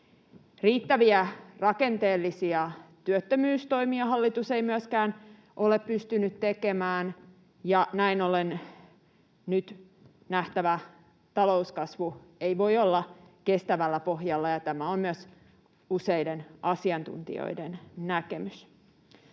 Riittäviä rakenteellisia työttömyystoimia hallitus ei myöskään ole pystynyt tekemään, ja näin ollen nyt nähtävä talouskasvu ei voi olla kestävällä pohjalla, ja tämä on myös useiden asiantuntijoiden näkemys.